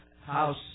house